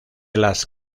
las